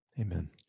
Amen